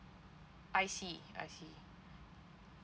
I see I see